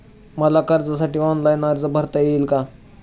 मला कर्जासाठी ऑनलाइन अर्ज भरता येईल का?